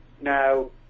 Now